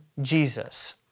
Jesus